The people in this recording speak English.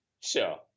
Sure